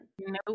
no